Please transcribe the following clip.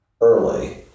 early